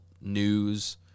news